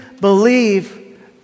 believe